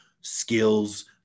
skills